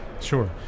Sure